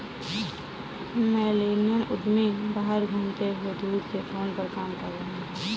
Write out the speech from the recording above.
millennial उद्यमी बाहर घूमते हुए दूर से फोन पर काम कर रहे हैं